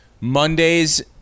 Mondays